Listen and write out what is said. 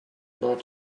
not